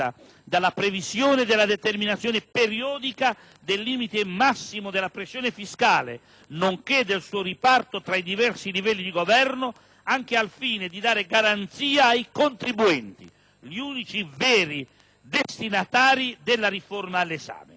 dalla previsione della determinazione periodica del limite massimo della pressione fiscale, nonché del suo riparto tra i diversi livelli di governo, anche al fine di dare garanzia ai contribuenti, gli unici veri destinatari della riforma all'esame.